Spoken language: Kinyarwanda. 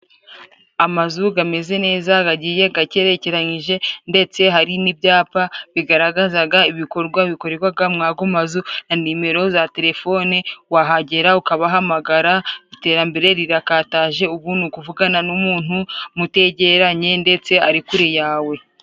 Amazu gameze neza， gagiye gakerekeranyije， ndetse hari n'ibyapa bigaragazaga ibikorwa bikorwaga muri ago mazu na nimero za terefone， wahagera ukabahamagara， iterambere rirakataje ubu ni ukuvugana n'umuntu mutegeranye ndetse ari kure yawe.